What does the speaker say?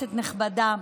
כנסת נכבדה,